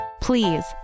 Please